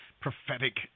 prophetic